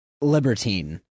Libertine